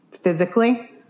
physically